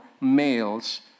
males